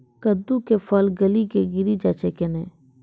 कददु के फल गली कऽ गिरी जाय छै कैने?